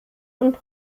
und